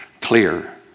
clear